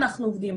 אנחנו עובדים,